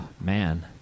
man